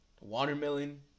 Watermelon